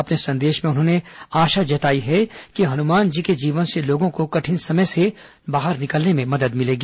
अपने संदेश में उन्होंने आशा जताई है कि हनुमान जी के जीवन से लोगों को कठिन समय से निकलने में मदद मिलेगी